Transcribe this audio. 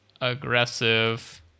aggressive